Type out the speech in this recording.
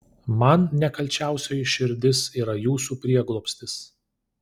man nekalčiausioji širdis yra jūsų prieglobstis